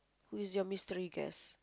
who is your mystery guest